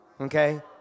okay